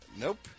Nope